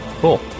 Cool